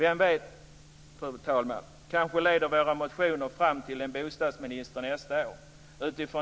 Vem vet, fru talman, kanske leder våra motioner fram till en bostadsminister nästa år.